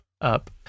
up